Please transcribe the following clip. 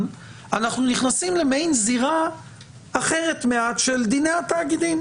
אנחנו נכנסים למעין זירה אחרת מעט של דיני התאגידים,